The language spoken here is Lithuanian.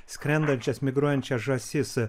skrendančias migruojančias žąsis